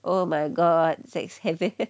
oh my god sex heaven